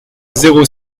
zéro